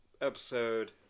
episode